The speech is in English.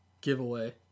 giveaway